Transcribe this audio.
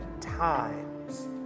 times